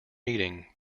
meeting